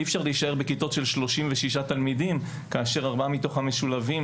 אי אפשר להישאר בכיתות של 36 תלמידים כאשר ארבעה מתוכם משולבים.